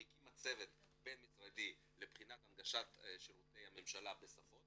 שהקימה צוות בין משרדי לבחינת הנגשת שירותי הממשלה בשפות